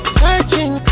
searching